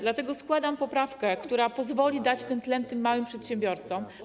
Dlatego składam poprawkę, która pozwoli dać ten tlen tym małym przedsiębiorcom.